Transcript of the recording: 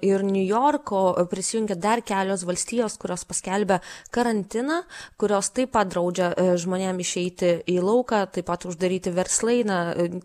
ir niujorko prisijungė dar kelios valstijos kurios paskelbė karantiną kurios taip pat draudžia žmonėm išeiti į lauką taip pat uždaryti verslai na